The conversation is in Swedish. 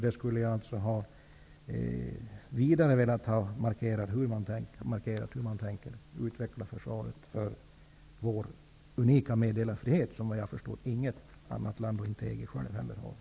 Jag skulle ha velat ha det vidare markerat hur man tänker utveckla försvaret för vår unika meddelarfrihet som, såvitt jag förstår, inget annat land och inte heller EG har.